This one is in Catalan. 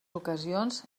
ocasions